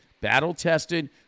Battle-tested